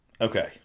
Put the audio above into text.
okay